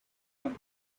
been